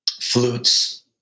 flutes